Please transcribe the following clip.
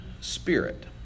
spirit